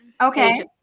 Okay